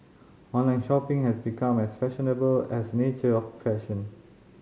online shopping has become as fashionable as nature of fashion